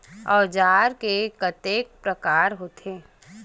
औजार के कतेक प्रकार होथे?